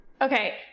okay